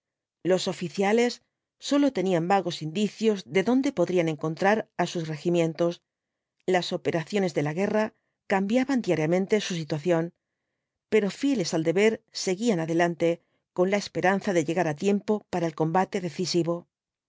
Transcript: los oficiales sólo tenían vagos indi cios de dónde podrían encontrar á sus regimientos las operaciones de la guerra cambiaban diariamente su situación pero fieles al deber seguían adelante con la esperanza de llegar á tiempo para el combate decisivo